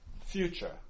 future